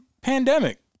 pandemic